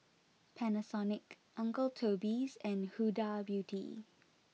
Panasonic Uncle Toby's and Huda Beauty